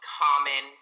common